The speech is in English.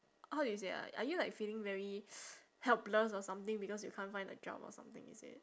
how do you say ah are you like feeling very helpless or something because you can't find a job or something is it